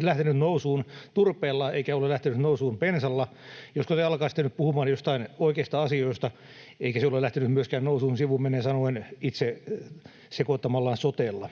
lähtenyt nousuun turpeella eikä ole lähtenyt nousuun bensalla — josko te alkaisitte nyt puhumaan joistain oikeista asioista — eikä se ole lähtenyt nousuun sivumennen sanoen myöskään itse sekoittamallaan sotella.